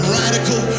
radical